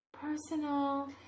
Personal